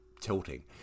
tilting